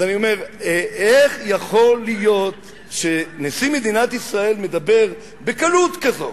אז אני אומר: איך יכול להיות שנשיא מדינת ישראל מדבר בקלות כזאת,